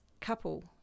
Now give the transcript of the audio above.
couple